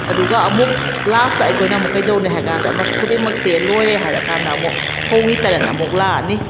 ꯑꯗꯨꯒ ꯑꯃꯨꯛ ꯂꯥꯁꯇ ꯑꯩꯈꯣꯏꯅ ꯑꯃꯨꯛ ꯀꯩꯗꯧꯅꯤ ꯍꯥꯏ ꯀꯥꯟꯗ ꯃꯁꯤ ꯈꯨꯗꯤꯡꯃꯛꯁꯦ ꯂꯣꯏꯔꯦ ꯍꯥꯏꯔꯛ ꯀꯥꯟꯗ ꯑꯃꯨꯛ ꯐꯧꯒꯤ ꯇꯔꯟ ꯑꯃꯨꯛ ꯂꯥꯛꯑꯅꯤ